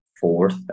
fourth